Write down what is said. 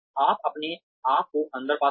आप अपने आप को अंदर पाते हैं